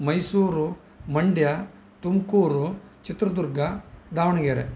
Mysuru Mandya Tumakuru Chitradurga Davanagere